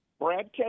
Brad